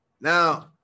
Now